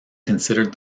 considered